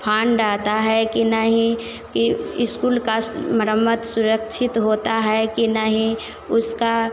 fund आता है कि नहीं कि इस्कूल का मरम्मत सुरक्षित होता है कि नहीं उसका